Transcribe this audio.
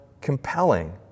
compelling